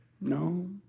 no